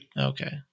Okay